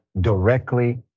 directly